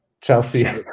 chelsea